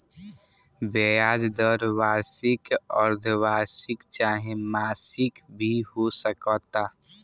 ब्याज दर वार्षिक, अर्द्धवार्षिक चाहे मासिक भी हो सकता